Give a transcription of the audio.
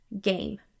game